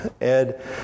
Ed